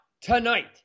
tonight